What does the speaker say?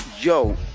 yo